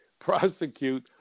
prosecute